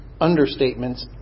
understatements